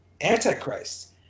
antichrist